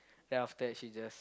then after that she just